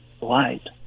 light